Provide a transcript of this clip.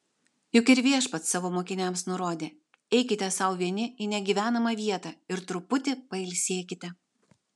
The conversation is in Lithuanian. juk ir viešpats savo mokiniams nurodė eikite sau vieni į negyvenamą vietą ir truputį pailsėkite